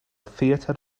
theatr